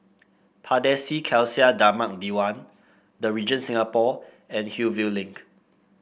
Pardesi Khalsa Dharmak Diwan The Regent Singapore and Hillview Link